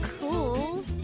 cool